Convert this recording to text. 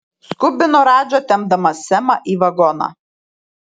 skubino radža tempdamas semą į vagoną